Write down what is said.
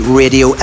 radio